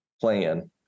plan